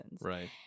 Right